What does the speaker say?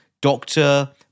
doctor